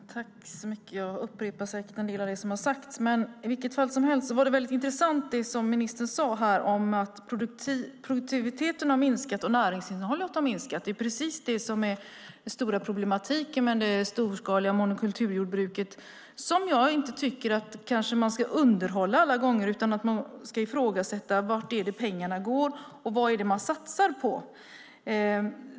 Fru talman! Jag upprepar säkert en del som har sagts. I vilket fall som helst var det väldigt intressant det som ministern sade här om att produktiviteten och näringsinnehållet har minskat. Det är precis det som är problematiken med det storskaliga monokulturjordbruket. Man ska kanske inte alla gånger underhålla det utan ifrågasätta vart pengarna går och vad det är man satsar på.